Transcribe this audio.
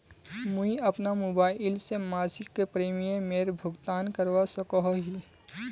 मुई अपना मोबाईल से मासिक प्रीमियमेर भुगतान करवा सकोहो ही?